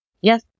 Yes